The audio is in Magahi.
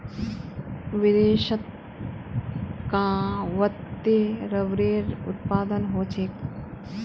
विदेशत कां वत्ते रबरेर उत्पादन ह छेक